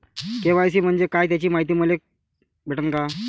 KYC म्हंजे काय त्याची मायती मले भेटन का?